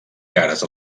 cares